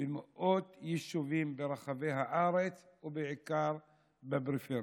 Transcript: במאות יישובים ברחבי הארץ, ובעיקר בפריפריה.